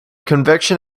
conviction